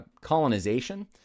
colonization